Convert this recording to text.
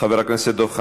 חבר הכנסת דב חנין,